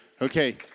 Okay